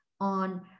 on